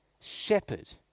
shepherd